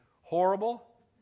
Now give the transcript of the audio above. horrible